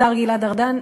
השר גלעד ארדן,